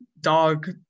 Dog